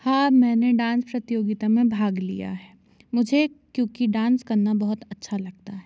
हाँ मैंने डांस प्रतियोगिता में भाग लिया है मुझे क्यूँकि डांस करना बहुत अच्छा लगता है